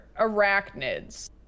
arachnids